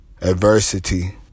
Adversity